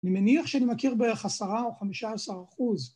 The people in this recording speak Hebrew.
אני מניח שאני מכיר בערך עשרה או חמישה עשר אחוז.